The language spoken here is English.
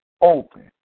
open